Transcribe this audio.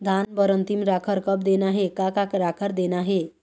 धान बर अन्तिम राखर कब देना हे, का का राखर देना हे?